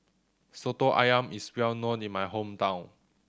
Soto Ayam is well known in my hometown